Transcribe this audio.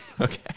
Okay